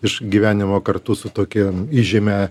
iš gyvenimo kartu su tokia įžymia